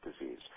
disease